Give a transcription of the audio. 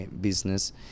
business